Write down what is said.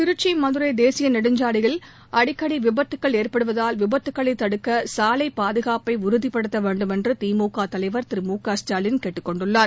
திருச்சி மதுரை தேசிய நெடுஞ்சாலையில் அடிக்கடி விபத்துக்கள் ஏற்படுவதால் விபத்துக்களை தடுக்க சாலைப் பாதுகாப்பை உறுதிப்படுத்த வேண்டும் என்று திமுக தலைவர் திரு மு க ஸ்டாலின் கேட்டுக்கொண்டுள்ளார்